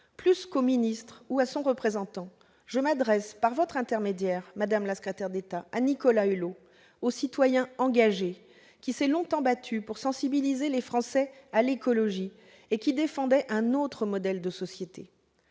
Plus qu'au ministre ou à son représentant, je m'adresse par votre intermédiaire, madame la secrétaire d'État, à Nicolas Hulot, au citoyen engagé qui s'est longtemps battu pour sensibiliser les Français à l'écologie et qui défendait un autre modèle de société.